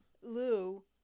Lou